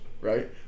right